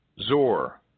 Zor